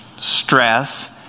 stress